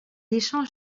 échange